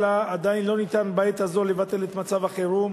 עדיין לא ניתן בעת הזו לבטל את מצב החירום,